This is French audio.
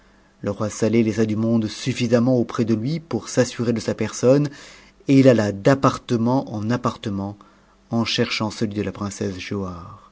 le roi saleh laissa du monde suffisamment auprès de ni pour s'assurer de sa personne et il alla d'appartement en appartement en cherchant celui de la princesse